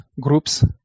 groups